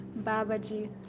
Babaji